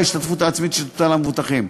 ההשתתפות העצמית שתוטל על המבוטחים.